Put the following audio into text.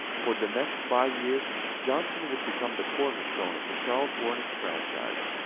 for the next five years johnson would become the cornerstone of the charlotte hornets franchise.